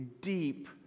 deep